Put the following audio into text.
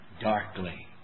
darkly